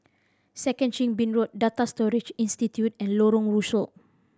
Second Chin Bee Road Data Storage Institute and Lorong Rusuk